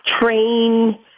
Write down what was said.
Train